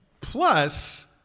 Plus